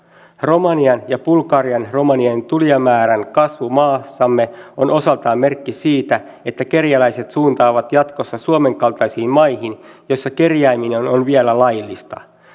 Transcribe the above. romanian ja bulgarian romanien tulijamäärän kasvu maassamme on osaltaan merkki siitä että kerjäläiset suuntaavat jatkossa suomen kaltaisiin maihin joissa kerjääminen on vielä laillista